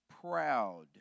proud